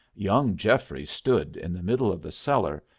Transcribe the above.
young geoffrey stood in the middle of the cellar,